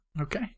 okay